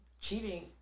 Cheating